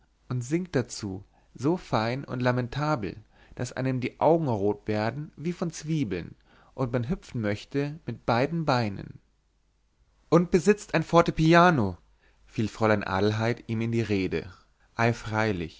und singt dazu so fein und lamentabel daß einem die augen rot werden wie von zwiebeln und man hüpfen möchte mit beiden beinen und besitzt ein fortepiano fiel fräulein adelheid ihm in die rede